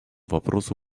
вопросу